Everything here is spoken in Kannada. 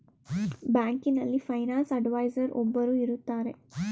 ಬ್ಯಾಂಕಿನಲ್ಲಿ ಫೈನಾನ್ಸ್ ಅಡ್ವೈಸರ್ ಒಬ್ಬರು ಇರುತ್ತಾರೆ